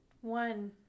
one